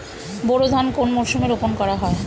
বোরো ধান কোন মরশুমে রোপণ করা হয়?